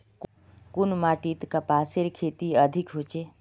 कुन माटित कपासेर खेती अधिक होचे?